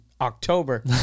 October